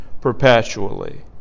perpetually